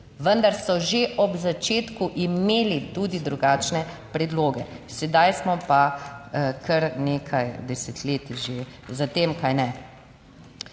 Vendar so že ob začetku imeli tudi drugačne predloge, sedaj smo pa kar nekaj desetletij že za tem, kaj ne.